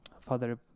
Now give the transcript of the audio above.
Father